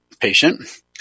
patient